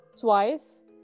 twice